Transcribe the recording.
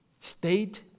state